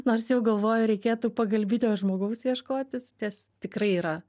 nors jau galvoju reikėtų pagalbinio žmogaus ieškotis tas tikrai yra